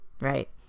right